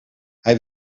hij